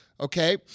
Okay